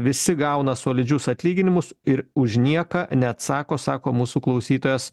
visi gauna solidžius atlyginimus ir už nieką neatsako sako mūsų klausytojas